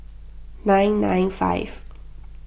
nine nine five